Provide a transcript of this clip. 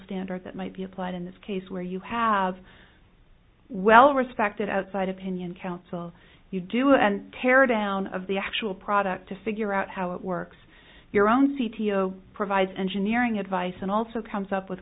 standard that might be applied in this case where you have well respected outside opinion counsel you do it and tear down of the actual product to figure out how it works your own c t o provides engineering advice and also comes up with